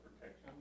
protection